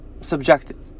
subjective